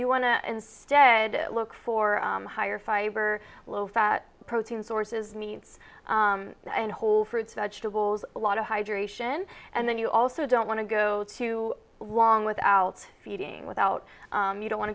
you want to instead look for higher fiber low fat protein sources meats and whole fruits vegetables a lot of hydration and then you also don't want to go too long without feeding without you don't want